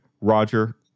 Roger